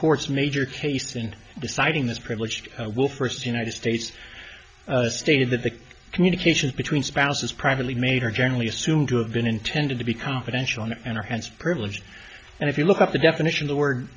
court's major case in deciding this privileged will first united states stated that the communications between spouses privately made are generally assumed to have been intended to be confidential and are hence privileged and if you look up the definition the word